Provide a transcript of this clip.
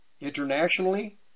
internationally